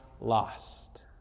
lost